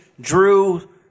Drew